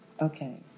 Okay